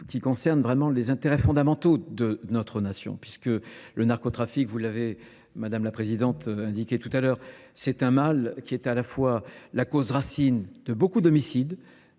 qui concerne vraiment les intérêts fondamentaux de notre nation. Puisque le narcotrafic, vous l'avez, Madame la Présidente, indiqué tout à l'heure, c'est un mal qui est à la fois la cause racine de beaucoup de homicides,